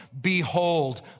Behold